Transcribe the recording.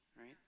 right